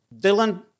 dylan